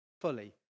fully